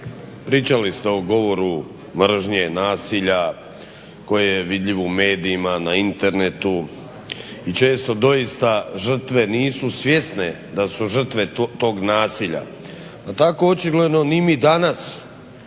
pričali ste o govoru mržnje, nasilja koje je vidljivo u medijima, na internetu i često doista žrtve nisu svjesne da su žrtve tog nasilja. Pa tako očigledno ni mi danas